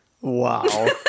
Wow